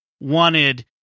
wanted